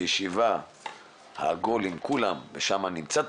הישיבה בשולחן עגול עם כולם ושם נמצא את